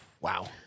Wow